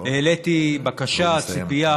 העליתי בקשה, ציפייה,